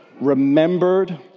remembered